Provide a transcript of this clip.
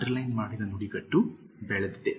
underline ಮಾಡಿದ ನುಡಿಗಟ್ಟು ಬೆಳೆದಿದೆ